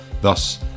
Thus